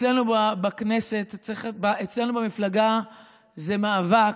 אצלנו במפלגה זה מאבק,